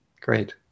Great